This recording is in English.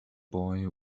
boy